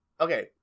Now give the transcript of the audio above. okay